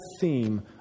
theme